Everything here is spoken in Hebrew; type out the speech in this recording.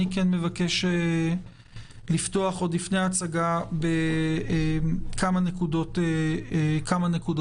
אני כן מבקש לפתוח עוד לפני ההצגה בכמה נקודות קצרות.